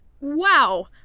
Wow